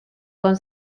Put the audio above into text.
con